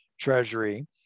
treasury